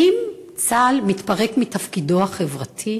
האם צה"ל מתפרק מתפקידו החברתי?